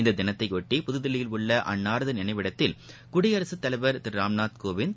இந்த தினத்தையொட்டி புதுதில்லியில் உள்ள அன்னாரது நினைவிடத்தில் குடியரசுத் தலைவர் திரு ராம்நாத் கோவிந்த்